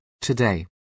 today